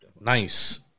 Nice